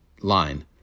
line